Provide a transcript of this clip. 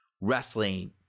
wrestling